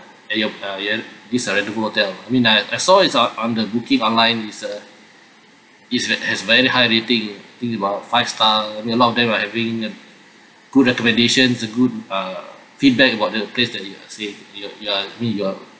at your uh err this uh rendezvous hotel I mean uh I saw it's on on the booking online it's a it's a has very high rating I think about five star I mean a lot of them are having a good recommendations it's a good uh feedback about the place that you see you you are mm you are